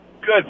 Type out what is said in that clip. Good